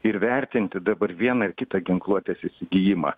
ir vertinti dabar vieną ar kitą ginkluotės įsigijimą